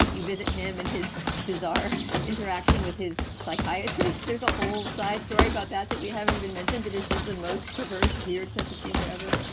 you visit him in his bizarre interaction with his psychiatrist. there's a whole side story about that that we haven't even mentioned. it is just the most perverse, weird sense of humor ever.